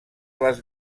les